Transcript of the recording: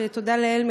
שתודה לאל,